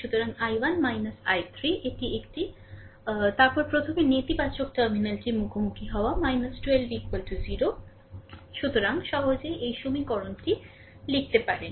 সুতরাং এটি I1 I3 এটি একটি তারপরে প্রথমে নেতিবাচক টার্মিনালটির মুখোমুখি হওয়া 12 0 সুতরাং সহজেই এই সমীকরণটি লিখতে পারেন